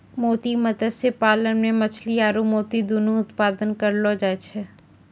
मोती मत्स्य पालन मे मछली आरु मोती दुनु उत्पादन करलो जाय छै